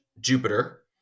Jupiter